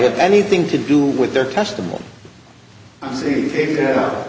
have anything to do with their testimony